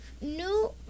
new